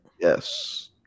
Yes